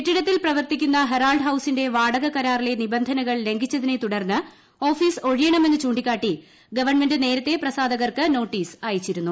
കെട്ടിടത്തിൽ പ്രവർത്തിക്കുന്ന ഹെറാൾഡ് ഹൌസിന്റെ വാടക കരാറിലെ നിബന്ധനകൾ ലംഘിച്ചതിനെ തുടർന്ന് ഓഫീസ് ഒഴിയണമെന്ന് ചൂണ്ടിക്കാട്ടി ഗവൺമെന്റ് നേരത്തെ പ്രസാദകർക്ക് നോട്ടീസ് അയച്ചിരുന്നു